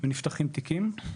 ונפתחים תיקים.